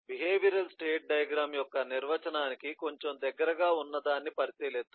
behavioural state diagram యొక్క నిర్వచనానికి కొంచెం దగ్గరగా ఉన్నదాన్ని పరిశీలిద్దాం